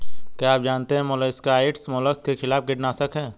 क्या आप जानते है मोलस्किसाइड्स मोलस्क के खिलाफ कीटनाशक हैं?